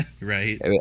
right